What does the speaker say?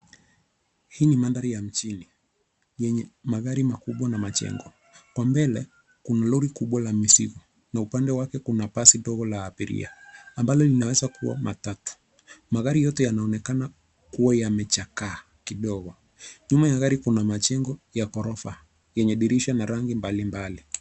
Hii ni mandhari ya mijini yenye magari makubwa na majengo. Kwa mbele kuna lori kubwa la mizigo na upande wake kuna basi ndogo la abiria ambalo linaweza kuwa matatu. Magari yote yanaonekana kuwa yamechakaa kidogo. Nyuma ya gari kuna majengo ya ghorofa yenye dirisha na rangi mbalimbali.